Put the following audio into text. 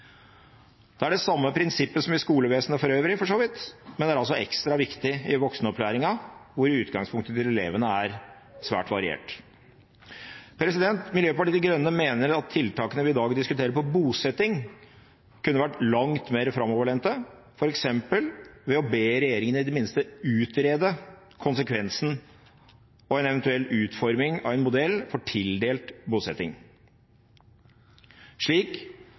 Det er det samme prinsippet som i skolevesenet for øvrig, for så vidt, men det er altså ekstra viktig i voksenopplæringen, hvor utgangspunktet til elevene er svært variert. Miljøpartiet De Grønne mener at tiltakene vi i dag diskuterer når det gjelder bosetting, kunne vært langt mer framoverlente, f.eks. ved å be regjeringen om i det minste å utrede konsekvensen – og en eventuell utforming – av en modell for tildelt bosetting, slik